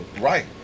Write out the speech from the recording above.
Right